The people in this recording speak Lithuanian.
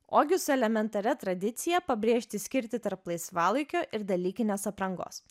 o gi su elementaria tradicija pabrėžti skirtį tarp laisvalaikio ir dalykinės aprangos